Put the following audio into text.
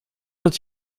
dat